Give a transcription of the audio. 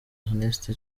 ernest